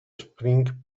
springs